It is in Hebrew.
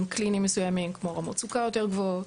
קליניים מסוימים כמו רמות סוכר יותר גבוהות,